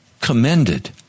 commended